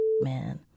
Man